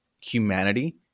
humanity